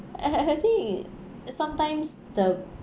I I think it sometimes the